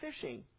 fishing